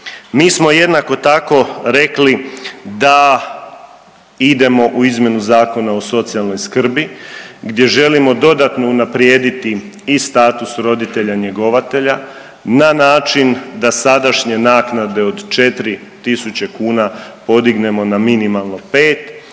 Mi smo jednako tako rekli da idemo u izmjenu Zakona o socijalnoj skrbi gdje želimo dodatno unaprijediti i status roditelja njegovatelja na način da sadašnje naknade od 4 tisuće kuna podignemo na minimalno 5,